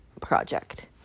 project